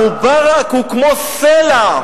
מובארק הוא כמו סלע.